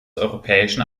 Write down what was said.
europäischen